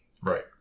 Right